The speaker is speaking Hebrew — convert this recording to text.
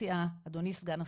אדוני סגן השר,